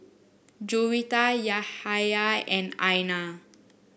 Juwita Yahya and Aina